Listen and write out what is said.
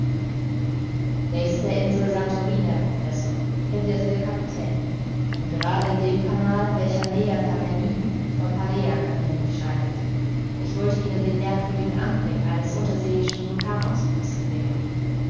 der insel santorin herr professor erwiderte der kapitän und gerade in dem canal welcher nea kamenni von palea kamenni scheidet ich wollte ihnen den merkwürdigen anblick eines unterseeischen vulkanausbruchs gewähren